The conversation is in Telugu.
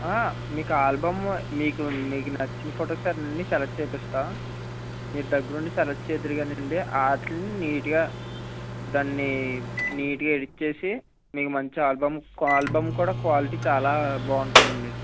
మీకు ఆల్బమ్ మీకు మీకు నచ్చిన ఫొటోస్ అన్నీ సెలెక్ట్ చెయ్యిస్తాము మీరు దగ్గరుండి సెలెక్ట్ చేద్దురుగాని అండీ వాటిని నీట్గా దాన్ని నీట్గా ఎడిట్ చేసి మీకు మంచి ఆల్బమ్ ఆల్బమ్ కూడా క్వాలిటీ చాలా బాగుంటుందండి